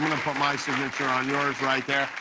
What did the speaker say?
put my signature on yours right there.